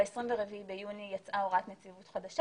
ב-24 ביוני יצאה הוראת נציבות חדשה